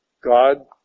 God